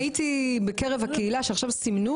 אנשים שמאמינה בזה וחותרת כדי לתקן וכדי לרדוף את האנשים.